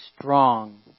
strong